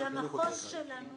המחוז שלנו